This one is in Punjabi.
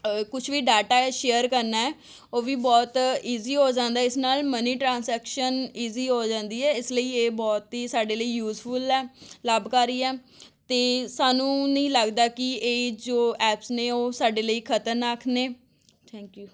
ਕੁਛ ਵੀ ਡਾਟਾ ਸ਼ੇਅਰ ਕਰਨਾ ਉਹ ਵੀ ਬਹੁਤ ਇਜੀ ਹੋ ਜਾਂਦਾ ਇਸ ਨਾਲ ਮਨੀ ਟਰਾਂਸੈਕਸ਼ਨ ਇਜੀ ਹੋ ਜਾਂਦੀ ਹੈ ਇਸ ਲਈ ਇਹ ਬਹੁਤ ਹੀ ਸਾਡੇ ਲਈ ਯੂਜਫੁੱਲ ਹੈ ਲਾਭਕਾਰੀ ਹੈ ਅਤੇ ਸਾਨੂੰ ਨਹੀਂ ਲੱਗਦਾ ਕਿ ਇਹ ਜੋ ਐਪਸ ਨੇ ਉਹ ਸਾਡੇ ਲਈ ਖ਼ਤਰਨਾਕ ਨੇ ਥੈਂਕ ਯੂ